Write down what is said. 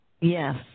Yes